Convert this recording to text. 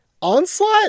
Onslaught